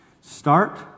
Start